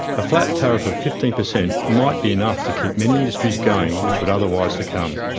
a flat tariff of fifteen percent might be enough to keep many industries going which would otherwise succumb.